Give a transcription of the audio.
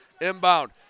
Inbound